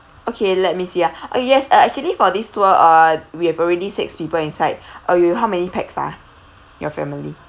okay let me see ah uh yes ah actually for this tour uh we have already six people inside uh you how many pax ah your family